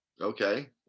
Okay